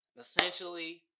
essentially